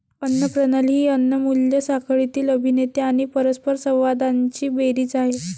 अन्न प्रणाली ही अन्न मूल्य साखळीतील अभिनेते आणि परस्परसंवादांची बेरीज आहे